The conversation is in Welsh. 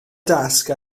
dasg